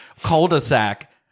cul-de-sac